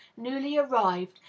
newly arrived,